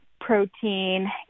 protein